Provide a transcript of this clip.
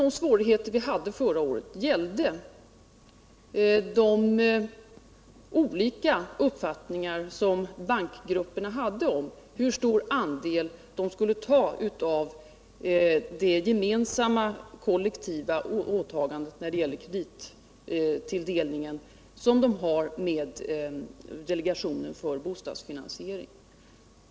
De svårigheter vi hade förra året gällde de olika bankgruppernas skilda uppfattningar om hur stor andel de skulle ta av det gemensamma kollektiva åtagande när det gäller kredittilldelningen som de har träffat överenskommelse om med delegationen för bostadsfinansiering.